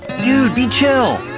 dude, be chill!